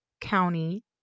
County